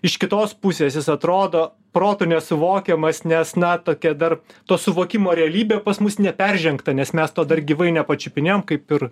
iš kitos pusės jis atrodo protu nesuvokiamas nes na tokia dar to suvokimo realybė pas mus neperžengta nes mes to dar gyvai nepačiupinėjom kaip ir